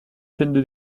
chaîne